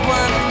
one